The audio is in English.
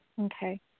Okay